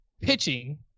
pitching